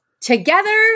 together